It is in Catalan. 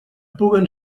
puguen